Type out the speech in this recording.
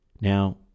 Now